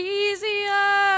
easier